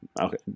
Okay